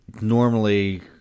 normally